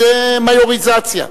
זו מיוריזציה.